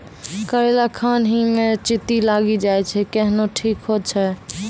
करेला खान ही मे चित्ती लागी जाए छै केहनो ठीक हो छ?